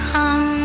Come